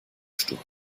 sturm